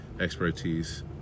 expertise